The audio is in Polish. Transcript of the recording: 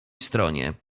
stronie